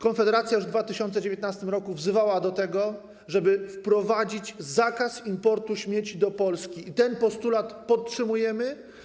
Konfederacja już w 2019 r. wzywała do tego, żeby wprowadzić zakaz importu śmieci do Polski, i ten postulat podtrzymujemy.